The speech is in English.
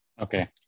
Okay